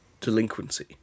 delinquency